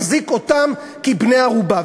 מחזיק אותם כבני-ערובה.